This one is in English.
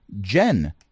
Jen